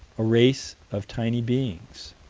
a race of tiny beings.